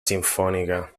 sinfonica